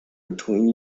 between